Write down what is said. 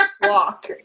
Walk